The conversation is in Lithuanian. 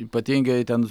ypatingai ten